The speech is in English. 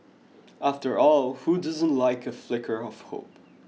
after all who doesn't like a flicker of hope